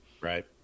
Right